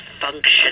function